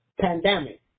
pandemic